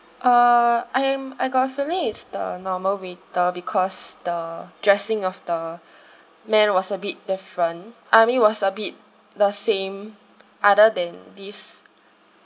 uh I am I got affiliates the normal waiter because the dressing of the man was a bit different I mean was a bit the same other than this